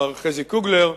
מר חזי קוגלר,